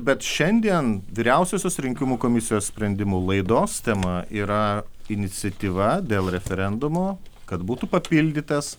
bet šiandien vyriausiosios rinkimų komisijos sprendimu laidos tema yra iniciatyva dėl referendumo kad būtų papildytas